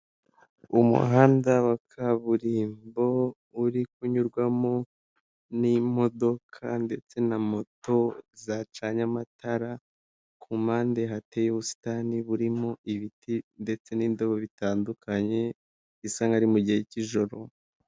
Umuhanda wa kaburimbo uri kunyurwamo n'imodoka ndetse na moto zacanye amatara, ku mpande hateye ubusitani burimo ibiti ndetse n'indobo bitandukanye, bisa nk'aho ari mu gihe cy'ijoro.